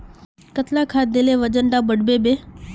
कतला खाद देले वजन डा बढ़बे बे?